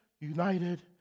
united